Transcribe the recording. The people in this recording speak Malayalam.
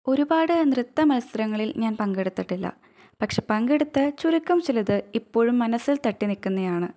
ഒരുപാട് നൃത്ത മത്സരങ്ങളിൽ ഞാൻ പങ്കെടുത്തിട്ടില്ല പക്ഷെ പങ്കെടുത്ത ചുരുക്കം ചിലത് ഇപ്പോഴും മനസ്സിൽ തട്ടി നിൽക്കുന്നയാണ്